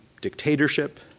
dictatorship